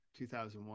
2001